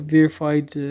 Verified